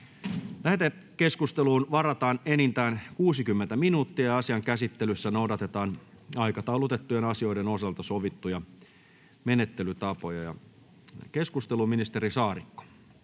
Lähetekeskusteluun varataan enintään 30 minuuttia. Asian käsittelyssä noudatetaan aikataulutettujen asioiden osalta sovittuja menettelytapoja. — Ministeri Paatero,